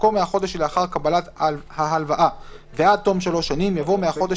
במקום "מהחודש שלאחר קבלת ההלוואה ועד תום שלוש שנים" יבוא "מהחודש